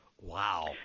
Wow